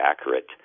accurate